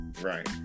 Right